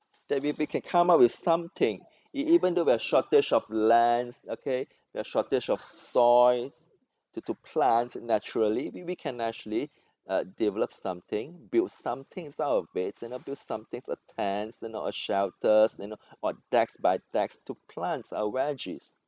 that we we can come up with something e~ even though we have shortage of land okay we have shortage of soils to to plant naturally we we can actually uh develop something build something out of you know build somethings a tent you know a shelters you know or decks by decks you know to plant our veggies